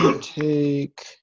take